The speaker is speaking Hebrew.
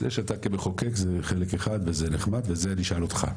זה שאתה כמחוקק זה חלק אחד וזה נחמד וזה אני אשאל אותך.